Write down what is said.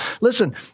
Listen